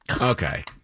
Okay